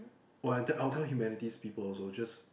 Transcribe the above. oh I will tell I will tell Humanities people also just